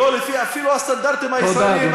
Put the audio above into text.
ואפילו לא לפי הסטנדרטים הישראליים.